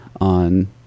on